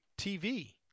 TV